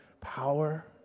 power